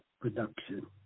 production